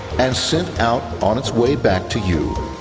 and sent out on its way back to you,